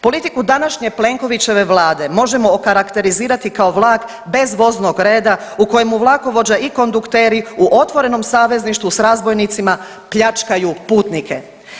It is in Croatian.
Politiku današnje Plenkovićeve vlade možemo okarakterizirati kao vlak bez voznog reda u kojemu vlakovođa i kondukteri u otvorenom savezništvu s razbojnicima pljačkaju putnike.